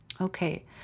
Okay